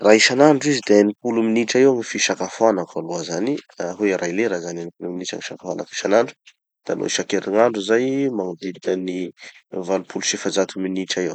Raha isanandro izy da enim-polo minitra eo gny fisakafoanako aloha zany, hoe ray lera, enimpolo minitra gny fisakafoanako isanandro. Da no isankerinandro zay, magnodidina ny valopolo sy efajato minitra eo.